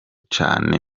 canke